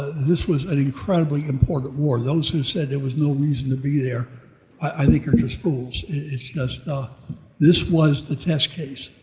this was an incredibly important war. those who said there was no reason to be there i think are just fools. it's just ah this was the test case,